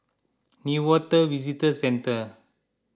Newater Visitor Centre